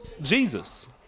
Jesus